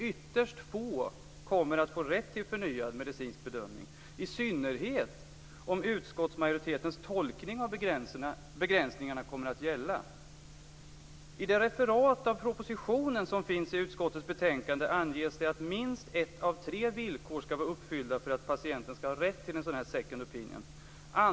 Ytterst få kommer att få rätt till förnyad medicinsk bedömning, i synnerhet om utskottsmajoritetens tolkning av begränsningarna kommer att gälla. I det referat av propositionen som finns i utskottets betänkande anges det att minst ett av tre villkor skall vara uppfyllda för att patienten skall ha rätt till en s.k. second opinion.